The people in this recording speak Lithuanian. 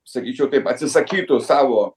sakyčiau taip atsisakytų savo